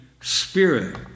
Spirit